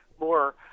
more